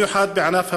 במיוחד בענף הבנייה.